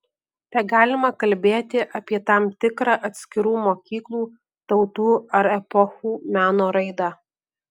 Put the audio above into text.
tegalima kalbėti apie tam tikrą atskirų mokyklų tautų ar epochų meno raidą